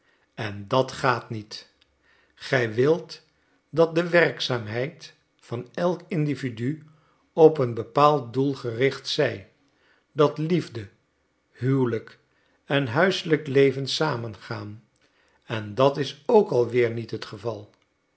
en dat gaat niet gij wilt dat de werkzaamheid van elk individu op een bepaald doel gericht zij dat liefde huwelijk en huiselijk leven samengaan en dat is ook al weer niet het geval